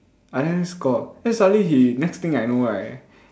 I let him score then suddenly he next thing I know right